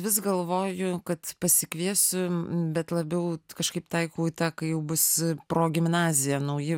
vis galvoju kad pasikviesiu bet labiau kažkaip taikau į tą kai jau bus progimnazija nauji